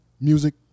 music